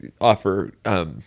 offer